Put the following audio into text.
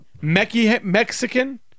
Mexican